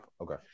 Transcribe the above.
Okay